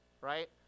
right